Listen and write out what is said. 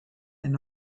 and